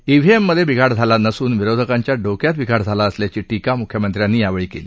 ईव्हीएममधे बिघाड झाला नसून विरोधकांच्या डोक्यात बिघाड असल्याची टीका मुख्यमंत्र्यांनी यावेळी केली